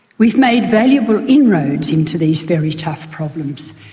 we've made valuable inroads into these very tough problems.